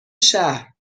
شهر